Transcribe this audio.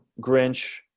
Grinch